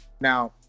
Now